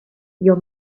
your